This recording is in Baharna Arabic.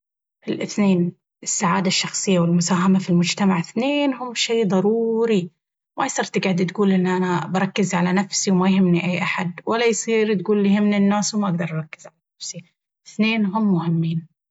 الاثنين السعادة الشخصية والمساهمة في المجتمع اثنينهم شي ضروري ما يصير تقعد تقول أن أنا بركز على نفسي وما يهمني أي أحد، ولا يصير تقول يهمني الناس وما أقدر أركز على نفسي... اثنينهم مهمين.